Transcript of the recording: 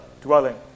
dwelling